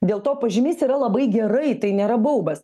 dėl to pažymys yra labai gerai tai nėra baubas